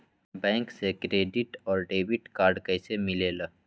Bank से credit और debit card कैसी मिलेला?